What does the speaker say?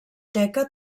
teca